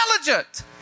intelligent